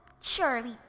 Charlie